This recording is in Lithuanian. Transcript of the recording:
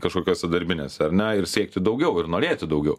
kažkokiose darbinėse ar ne ir siekti daugiau ir norėti daugiau